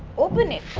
open it.